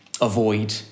avoid